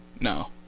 no